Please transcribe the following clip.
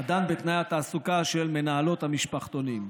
הדן בתנאי התעסוקה של מנהלות המשפחתונים.